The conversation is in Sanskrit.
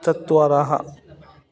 चत्वारः